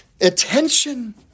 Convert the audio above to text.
Attention